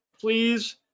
please